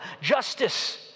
justice